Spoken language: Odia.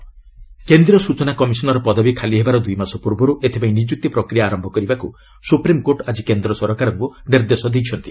ଏସ୍ସି ସିଆଇସି କେନ୍ଦ୍ରୀୟ ସୂଚନା କମିଶନର ପଦବୀ ଖାଲିହେବାର ଦୁଇମାସ ପୂର୍ବରୁ ଏଥିପାଇଁ ନିଯୁକ୍ତି ପ୍ରକ୍ରିୟା ଆରମ୍ଭ କରିବାକୁ ସୁପ୍ରିମକୋର୍ଟ ଆଜି କେନ୍ଦ୍ର ସରକାରଙ୍କୁ ନିର୍ଦ୍ଦେଶ ଦେଇଛନ୍ତି